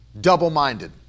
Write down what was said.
double-minded